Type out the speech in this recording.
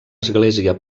església